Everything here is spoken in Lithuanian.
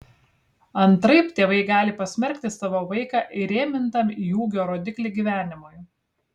antraip tėvai gali pasmerkti savo vaiką įrėmintam į ūgio rodiklį gyvenimui